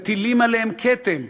מטילים עליהם כתם.